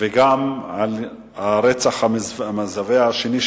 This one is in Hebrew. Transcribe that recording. והרצח המזוויע השני,